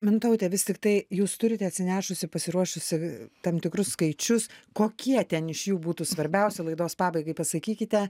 mintaute vis tiktai jūs turite atsinešusi pasiruošusi tam tikrus skaičius kokie ten iš jų būtų svarbiausia laidos pabaigai pasakykite